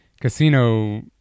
casino